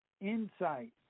insight